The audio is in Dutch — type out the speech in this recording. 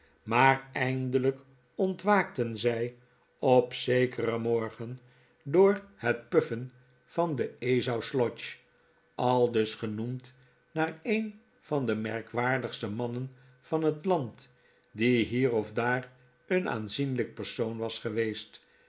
maar eindelijk ontwaakten zij op zekeren morgen door het puffen van de ezau slodge aldus genoemd naar een van de merkwaardigste mannen van het land die hier of daar een aanzienlijk persoon was geweest